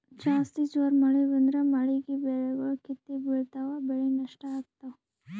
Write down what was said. ಜಾಸ್ತಿ ಜೋರ್ ಮಳಿ ಬಂದ್ರ ಮಳೀಗಿ ಬೆಳಿಗೊಳ್ ಕಿತ್ತಿ ಬಿಳ್ತಾವ್ ಬೆಳಿ ನಷ್ಟ್ ಆಗ್ತಾವ್